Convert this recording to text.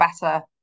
better